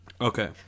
Okay